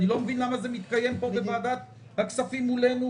אני לא מבין למה זה מתקיים פה בוועדת הכספים מולנו,